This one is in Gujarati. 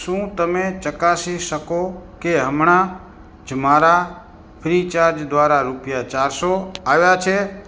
શું તમે ચકાસી શકો કે હમણાં જ મારા ફ્રીચાર્જ દ્વારા રૂપિયા ચારસો આવ્યા છે